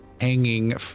hanging